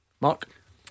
Mark